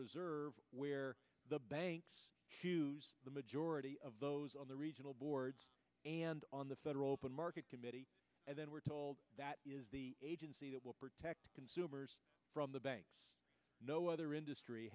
reserve where the banks the majority of those on the regional boards and on the federal open market committee and then we're told that the agency that will protect consumers from the banks no other industry